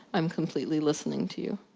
i'm completely listening to you.